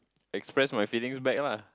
express my feelings back lah